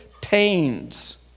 pains